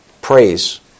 praise